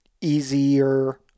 easier